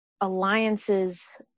alliances